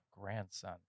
grandson